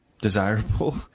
desirable